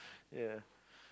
ya